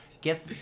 Get